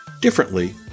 differently